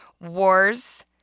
wars